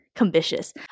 ambitious